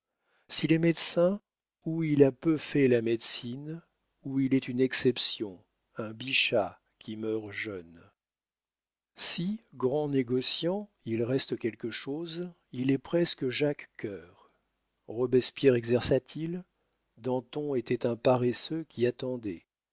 s'il est médecin ou il a peu fait la médecine ou il est une exception un bichat qui meurt jeune si grand négociant il reste quelque chose il est presque jacques cœur robespierre exerça t il danton était un paresseux qui attendait